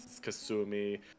Kasumi